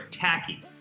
tacky